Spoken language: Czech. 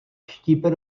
štípe